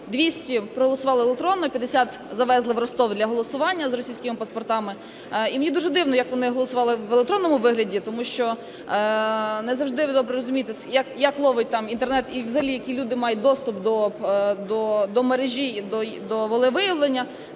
200 – проголосували електронно, 50 – завезли в Ростов для голосування з російськими паспортами. І мені дуже дивно, як вони голосували в електронному вигляді, тому що не завжди, ви добре розумієте, як ловить там інтернет, і взагалі як люди мають доступ до мережі і до волевиявлення.